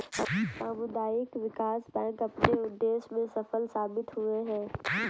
सामुदायिक विकास बैंक अपने उद्देश्य में सफल साबित हुए हैं